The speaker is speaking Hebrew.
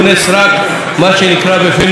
מה שנקרא בפינו פיליבסטר.